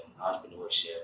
Entrepreneurship